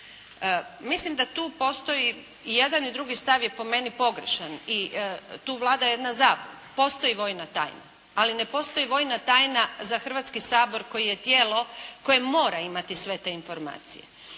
Mislim da tu postoji, i jedan i drugi stav je po meni pogrešan i tu vlada jedna zabuna. Postoji vojna tajna, ali ne postoji vojna tajna za Hrvatski sabor koji je tijelo, koje mora imate sve te informacije.